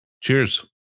Cheers